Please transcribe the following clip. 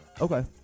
Okay